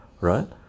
right